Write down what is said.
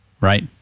Right